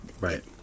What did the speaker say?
Right